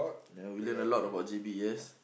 ya we learn a lot about J_B yes